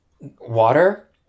water